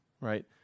right